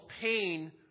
pain